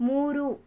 ಮೂರು